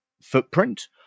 footprint